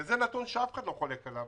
וזה נתון שאף אחד לא חולק עליו.